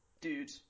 dude